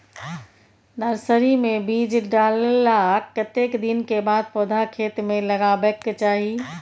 Nursery मे बीज डाललाक कतेक दिन के बाद पौधा खेत मे लगाबैक चाही?